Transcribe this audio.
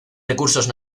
recursos